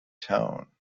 tone